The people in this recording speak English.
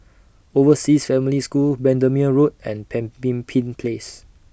Overseas Family School Bendemeer Road and Pemimpin Place